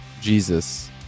Jesus